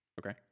okay